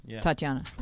Tatiana